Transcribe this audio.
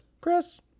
Chris